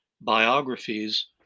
biographies